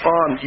on